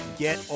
get